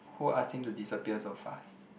who ask him to disappear so fast